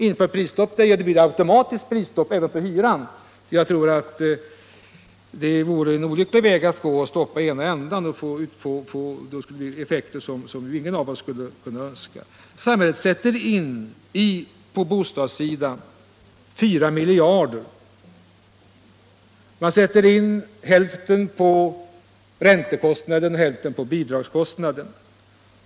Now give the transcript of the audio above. Införs det prisstopp där, så blir det automatiskt prisstopp även på hyrorna. Jag tror det vore olyckligt att stoppa så att säga bara i ena änden; det skulle få effekter som ingen av oss önskar. Samhället sätter in 4 miljarder på bostadssidan, hälften till räntekostnaderna och hälften till bidragskostnaderna.